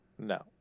No